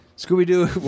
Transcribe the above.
Scooby-Doo